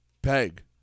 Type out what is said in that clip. Peg